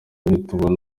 nitubona